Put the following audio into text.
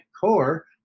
core